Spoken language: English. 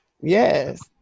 Yes